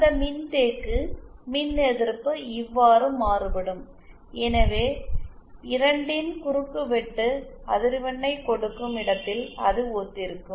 அந்த மின்தேக்கு மின்எதிர்ப்பு இவ்வாறு மாறுபடும் எனவே 2 இன் குறுக்குவெட்டு அதிர்வெண்ணைக் கொடுக்கும் இடத்தில் அது ஒத்திருக்கும்